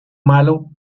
malo